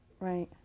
Right